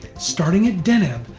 starting at deneb,